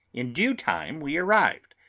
in due time we arrived.